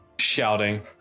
shouting